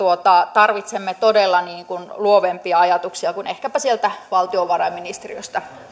tarvitsemme todella luovempia ajatuksia kuin ehkäpä sieltä valtiovarainministeriöstä